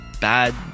bad